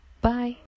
bye